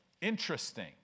Interesting